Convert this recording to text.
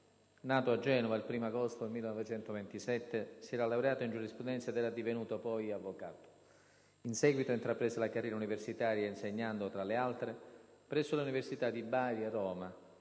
Nato a Genova il 1° agosto 1927, si era laureato in giurisprudenza ed era divenuto, poi, avvocato. In seguito intraprese la carriera universitaria insegnando, tra le altre, presso le università di Bari e Roma,